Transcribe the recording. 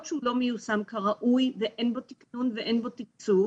שהוא לא מיושם כראוי ואין בו תקנון ואין בו תקצוב